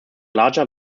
larger